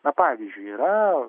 na pavyzdžiui yra